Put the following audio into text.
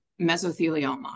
mesothelioma